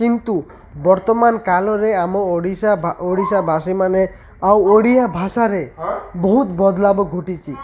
କିନ୍ତୁ ବର୍ତ୍ତମାନ କାଲରେ ଆମ ଓଡ଼ିଶା ଭା ଓଡ଼ିଶାବାସୀମାନେ ଆଉ ଓଡ଼ିଆ ଭାଷାରେ ବହୁତ ବଦଲାବ ଘଟିଛି